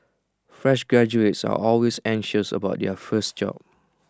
fresh graduates are always anxious about their first job